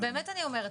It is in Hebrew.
באמת אני אומרת.